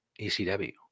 ECW